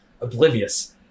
oblivious